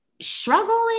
struggling